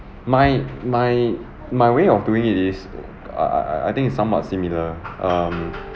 my my my way of doing it is err I I I think it's somewhat similar um